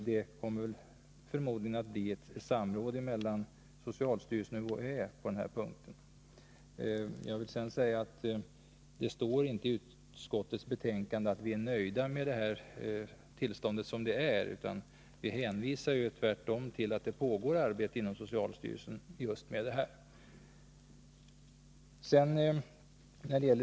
Det kommer förmodligen att bli ett samråd mellan socialstyrelsen och UHÄ på den här punkten. Sedan vill jag säga att det inte står i utskottsbetänkandet att vi är nöjda med tillståndet som det är, utan vi hänvisar tvärtom till att det pågår ett arbete i socialstyrelsen med just detta.